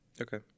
Okay